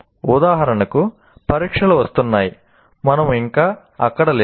ఉదాహరణకు పరీక్షలు వస్తున్నాయి మనము ఇంకా అక్కడ లేము